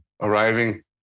arriving